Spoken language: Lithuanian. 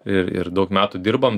ir ir daug metų dirbam